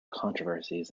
controversies